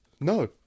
no